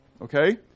okay